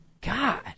God